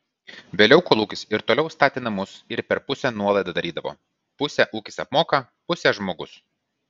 vėliau kolūkis ir toliau statė namus ir per pusę nuolaidą darydavo pusę ūkis apmoka pusę žmogus